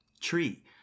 tree